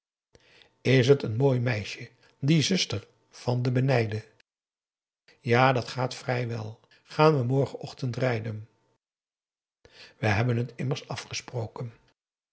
is het een mooi meisje die zuster van den benijde ja dat gaat vrij wel gaan we morgenochtend rijden we hebben het immers afgesproken